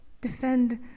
Defend